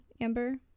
Amber